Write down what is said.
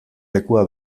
lekua